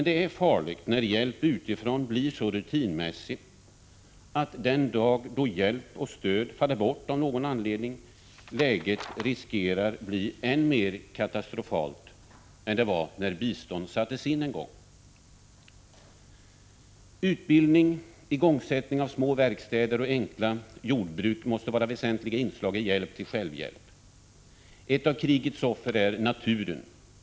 Det är farligt när hjälp utifrån blir så rutinmässig att den dag då hjälp och stöd faller bort av någon anledning riskerar läget bli än mer katastrofalt än det var när bistånd sattes in en gång. Utbildning, igångsättning av små verkstäder och enkla jordbruk måste vara väsentliga inslag i hjälp till självhjälp. Ett av krigens offer är naturen.